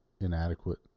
inadequate